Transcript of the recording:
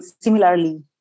similarly